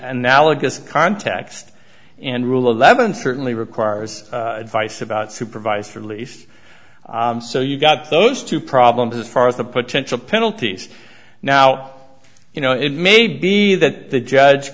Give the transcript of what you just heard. analogous context and rule eleven certainly requires advice about supervised release so you've got those two problems as far as the potential penalties now you know it may be that the judge